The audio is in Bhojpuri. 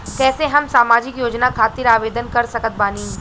कैसे हम सामाजिक योजना खातिर आवेदन कर सकत बानी?